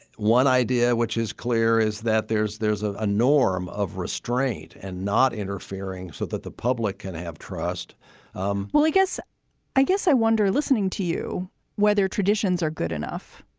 one idea which is clear is that there's there's a norm of restraint and not interfering so that the public can have trust um well, i guess i guess i wonder listening to you whether traditions are good enough.